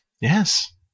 Yes